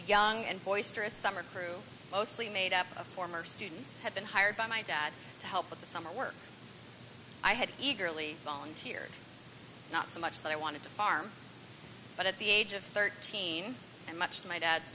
gang and boisterous summer crew mostly made up of former students had been hired by my dad to help with the summer work i had eagerly volunteered not so much that i wanted to farm but at the age of thirteen and much to my dad's